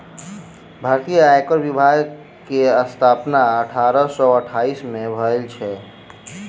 भारतीय आयकर विभाग के स्थापना अठारह सौ साइठ में भेल छल